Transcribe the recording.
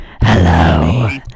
Hello